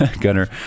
Gunner